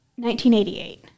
1988